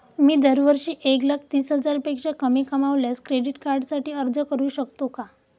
मी दरवर्षी एक लाख तीस हजारापेक्षा कमी कमावल्यास क्रेडिट कार्डसाठी अर्ज करू शकतो का?